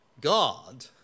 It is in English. God